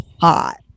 hot